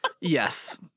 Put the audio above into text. Yes